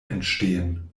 entstehen